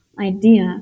idea